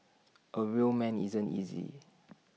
A real man isn't easy